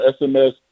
SMS